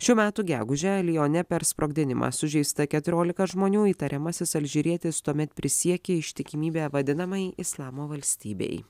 šių metų gegužę lione per sprogdinimą sužeista keturiolika žmonių įtariamasis alžyrietis tuomet prisiekė ištikimybę vadinamajai islamo valstybei